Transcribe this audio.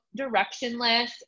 directionless